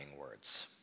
words